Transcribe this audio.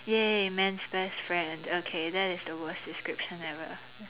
!yay! man's best friend okay that is the worst description ever